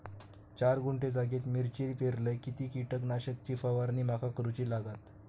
चार गुंठे जागेत मी मिरची पेरलय किती कीटक नाशक ची फवारणी माका करूची लागात?